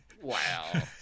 Wow